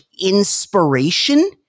inspiration